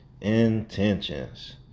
Intentions